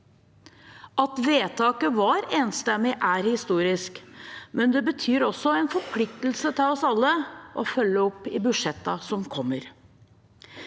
At vedtaket var enstemmig, er historisk, men det betyr også en forpliktelse for oss alle til å følge opp i budsjettene som kommer.